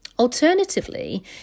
Alternatively